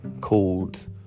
called